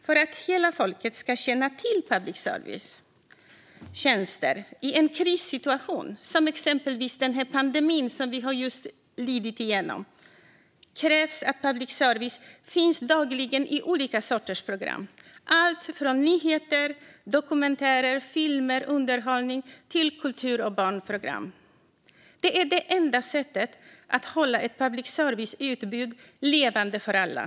För att hela folket ska känna till public services tjänster i en krissituation, exempelvis den pandemi som vi just genomlidit, krävs att public service finns dagligen i olika sorters program - allt från nyheter och dokumentärer till filmer och underhållnings, kultur och barnprogram. Det är det enda sättet att hålla public services utbud levande för alla.